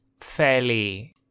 fairly